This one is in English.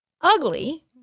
Ugly